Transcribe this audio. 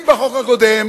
אם בחוק הקודם